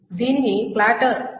దీనిని ప్లాటర్ అంటారు